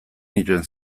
nituen